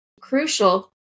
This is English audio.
crucial